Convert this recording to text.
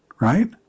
right